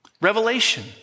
revelation